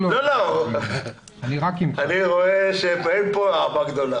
אני רואה שאין פה אהבה גדולה.